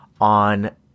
on